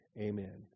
Amen